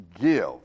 give